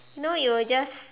you know you will just